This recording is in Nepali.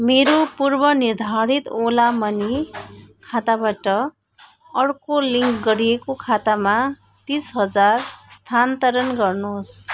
मेरो पूर्वनिर्धारित ओला मनी खाताबाट अर्को लिङ्क गरिएको खातामा तिस हजार स्थानान्तरण गर्नुहोस्